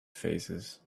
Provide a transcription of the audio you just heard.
faces